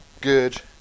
good